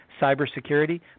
cybersecurity